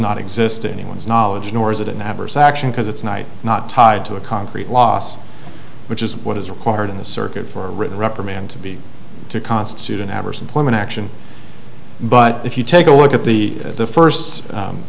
not exist in anyone's knowledge nor is it an adverse action because it's night not tied to a concrete loss which is what is required in the circuit for a written reprimand to be to constitute an adverse employment action but if you take a look at the at the first